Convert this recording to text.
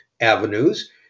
avenues